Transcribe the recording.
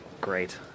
great